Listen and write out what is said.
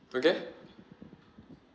okay